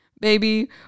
baby